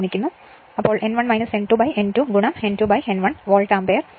അതിനാൽ N1 N2 N2 N2 N1 volt ampere auto എന്ന് എഴുതാം